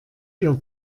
ihr